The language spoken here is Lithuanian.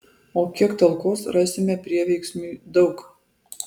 o kiek talkos rasime prieveiksmiui daug